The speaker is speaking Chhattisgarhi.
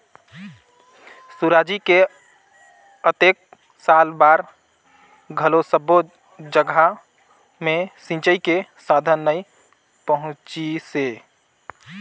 सुराजी के अतेक साल बार घलो सब्बो जघा मे सिंचई के साधन नइ पहुंचिसे